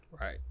Right